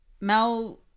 Mel